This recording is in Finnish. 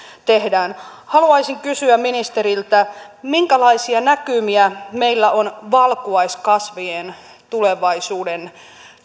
tehdään haluaisin kysyä ministeriltä minkälaisia näkymiä meillä on valkuaiskasvien tulevaisuuden